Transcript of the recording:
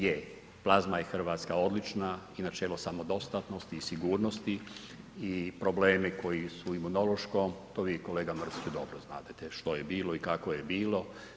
Je, plazma je hrvatska odlična i načelo samodostatnosti i sigurnosti i problemi koji su u Imunološkom, to vi kolega Mrsiću dobro znadete što je bilo i kako je bilo.